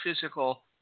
physical